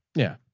yeah.